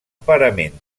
parament